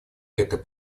это